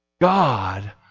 God